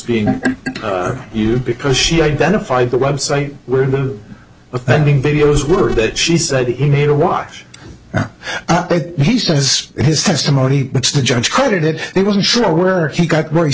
being you because she identified the website where the offending videos were that she said he made a watch he says in his testimony the judge credited he wasn't sure where he got very